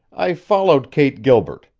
i followed kate gilbert.